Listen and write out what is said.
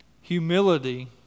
Humility